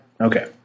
Okay